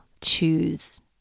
choose